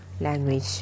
language